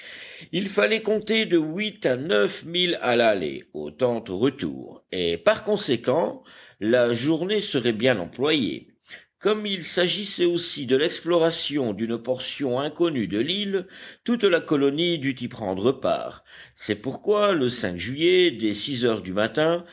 il fallait compter de huit à neuf milles à l'aller autant au retour et par conséquent la journée serait bien employée comme il s'agissait aussi de l'exploration d'une portion inconnue de l'île toute la colonie dut y prendre part c'est pourquoi le juillet dès six heures du matin